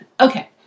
Okay